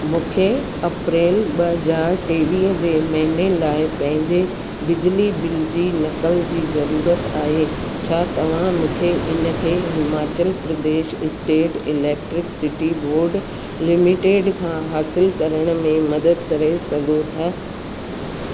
मूंखे अप्रेल ॿ हज़ार टेवीह जे महीने लाइ पंहिंजे बिजली बिल जी नकल जी जरुरत आहे छा तव्हां मूंखे इनखे Himachal Pradesh state electricity board limited खां हासिल करण में मदद करे सघो था